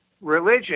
religion